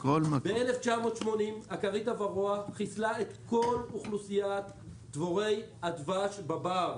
ב-1908 אקרית הוורואה חיסלה את כל אוכלוסיית דבורי הדבש בבר.